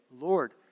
Lord